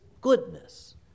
goodness